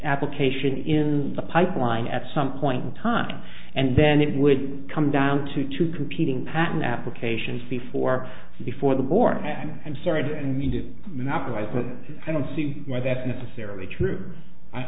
application in the pipeline at some point in time and then it would come down to two competing patent application fee for before the board and i'm sorry i didn't mean to monopolize that i don't see why that's necessarily true